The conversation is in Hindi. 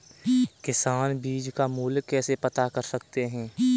किसान बीज का मूल्य कैसे पता कर सकते हैं?